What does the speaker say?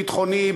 ביטחוני,